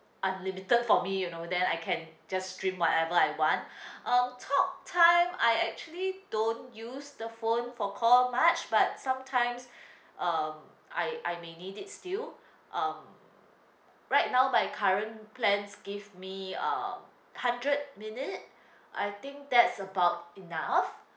unlimited for me you know then I can just stream whatever I want um talk time I actually don't use the phone for call much but sometimes uh I I may need it still um right now my current plans give me uh hundred minute I think that's about enough